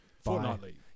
Fortnightly